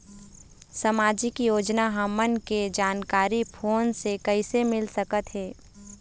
सामाजिक योजना हमन के जानकारी फोन से कइसे मिल सकत हे?